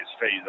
phase